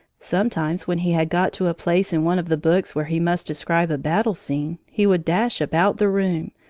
sometimes when he had got to a place in one of the books where he must describe a battle scene, he would dash about the room,